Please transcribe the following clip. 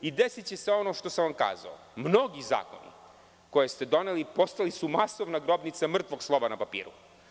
Desiće se ono što sam vam rekao - mnogi zakoni koje ste doneli, postali su masovna grobnica mrtvog slova na papiru.